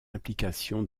implication